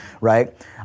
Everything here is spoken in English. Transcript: right